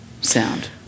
sound